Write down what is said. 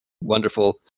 Wonderful